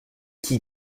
qui